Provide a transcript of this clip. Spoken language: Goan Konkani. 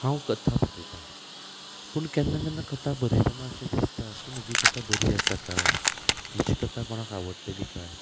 हांव कथा बरयतां पूण केन्ना केन्ना कथा बरयतना अशें दिसता की म्हजी कथा बरी आसा कांय म्हजी कथा कोणाक आवडटली कांय